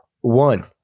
one